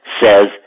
says